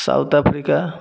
south Africa